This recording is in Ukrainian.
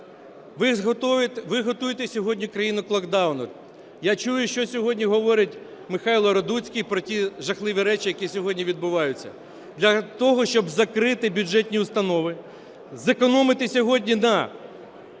Ви готуєте сьогодні країну до локдауну. Я чую, що сьогодні говорить Михайло Радуцький, про ті жахливі речі, які сьогодні відбуваються. Для того, щоб закрити бюджетні установи, зекономити сьогодні на